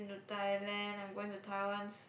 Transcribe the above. to Thailand I'm going to Taiwan s~